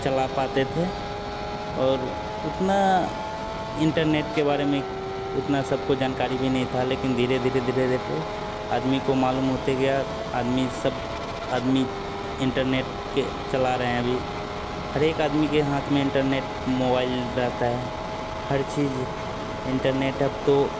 चला पाते थे और उतना इंटरनेट के बारे में उतना सबको जानकारी भी नहीं थी लेकिन धीरे धीरे धीरे धीरे आदमी को मालूम होते गया आदमी सब आदमी इंटरनेट को चला रहे हैं अभी हर एक आदमी के हाथ में इंटरनेट मोवाइल रहता है हर चीज़ इंटरनेट अब तो